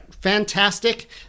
Fantastic